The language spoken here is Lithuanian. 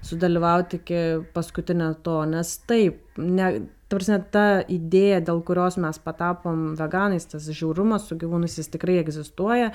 sudalyvauti iki paskutinė to nes taip ne ta prasme ta idėja dėl kurios mes patapom veganais tas žiaurumas su gyvūnais jis tikrai egzistuoja